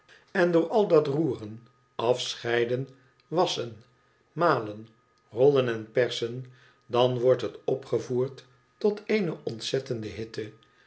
en door al dat roeren afscheiden wasschen malen rollen en persen dan wordt het opgevoerd tot eene ontzettende hitte